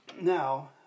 Now